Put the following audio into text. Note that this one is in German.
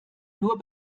nur